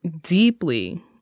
deeply